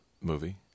movie